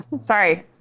Sorry